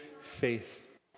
faith